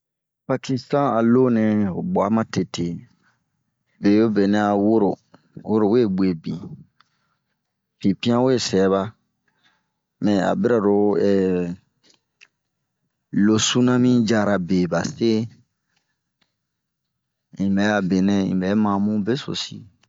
Pakistan a loo nɛɛ ho gua matete. be wo be nɛ'a woro, woro we guebin, pinpian we sɛba, mɛ a bira ro eh lo Sunami yara be base munbɛ a bɛnɛ unbɛ ma bunbesosi.